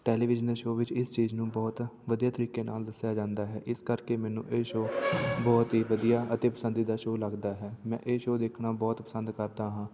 television show ਵਿੱਚ ਇਸ ਚੀਜ਼ ਨੂੰ ਬਹੁਤ ਵਧੀਆ ਤਰੀਕੇ ਨਾਲ ਦੱਸਿਆ ਜਾਂਦਾ ਹੈ ਇਸ ਕਰਕੇ ਮੈਨੂੰ ਇਹ ਸ਼ੋਅ ਬਹੁਤ ਹੀ ਵਧੀਆ ਅਤੇ ਪਸੰਦੀਦਾ ਸ਼ੋਅ ਲੱਗਦਾ ਹੈ ਮੈਂ ਇਹ ਸ਼ੋਅ ਦੇਖਣਾ ਬਹੁਤ ਪਸੰਦ ਕਰਦਾ ਹਾਂ